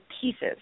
pieces